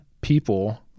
people